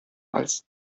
als